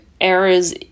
errors